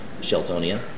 Sheltonia